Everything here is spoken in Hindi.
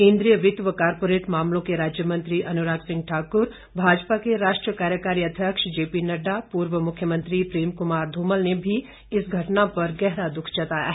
केन्द्रीय वित्त व कारपोरेट मामलों के राज्यमंत्री अनुराग सिंह ठाकुर भाजपा के राष्ट्रीय कार्यकारी अध्यक्ष जेपीनड्डा पूर्व मुख्यमंत्री प्रेम कुमार धूमल ने भी इस घटना पर गहरा दुख जताया है